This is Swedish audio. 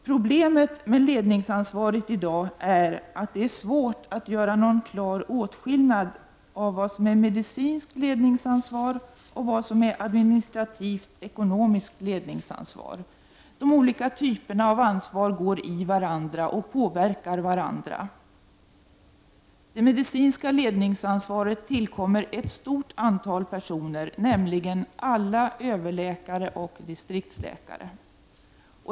Problemet med ledningsansvaret i dag är att det är svårt att göra någon klar åtskillnad mellan vad som är medicinskt ledningsansvar och vad som är administrativt ekonomiskt ledningsansvar. De olika typerna av ansvar går i varandra och påverkar varandra. Det me dicinska ledningsansvaret tillkommer ett stort antal personer, nämligen alla överläkare och distriktsläkare.